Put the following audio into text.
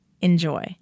Enjoy